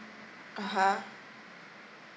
(uh huh)